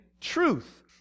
truth